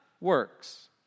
works